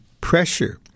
pressure